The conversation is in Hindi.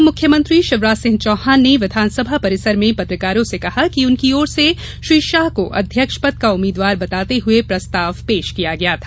पूर्व मुख्यमंत्री शिवराज सिंह चौहान ने विधानसभा परिसर में पत्रकारों से कहा कि उनकी ओर से श्री शाह को अध्यक्ष पद का उम्मीदवार बताते हुए प्रस्ताव पेश किया गया था